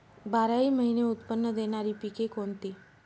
बाराही महिने उत्त्पन्न देणारी पिके कोणती?